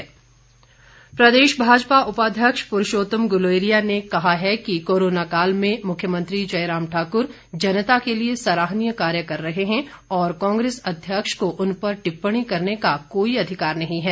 भाजपा प्रदेश भाजपा उपाध्यक्ष पुरूषोत्म गुलेरिया ने कहा है कि कोरोना काल में मुख्यमंत्री जयराम ठाकुर जनता के लिए सराहनीय कार्य कर रहे हैं और कांग्रेस अध्यक्ष को उन पर टिप्पणी करने का कोई अधिकार नहीं है